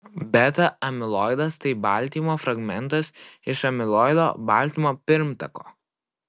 beta amiloidas tai baltymo fragmentas iš amiloido baltymo pirmtako